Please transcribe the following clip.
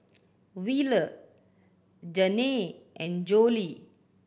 Wheeler Janey and Jolie